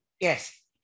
yes